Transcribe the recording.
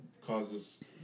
causes